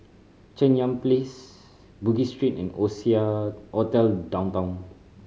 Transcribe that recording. Cheng Yan Place Bugis Street and Oasia Hotel Downtown